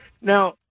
Now